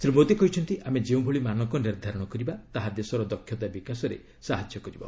ଶ୍ରୀ ମୋଦି କହିଛନ୍ତି ଆମେ ଯେଉଁଭଳି ମାନକ ନିର୍ଦ୍ଧାରଣ କରିବା ତାହା ଦେଶର ଦକ୍ଷତା ବିକାଶରେ ସାହାଯ୍ୟ କରିବ